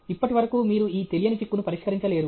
ఇప్పటివరకు మీరు ఈ తెలియని చిక్కును పరిష్కరించలేరు